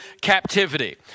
captivity